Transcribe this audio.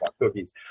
cookies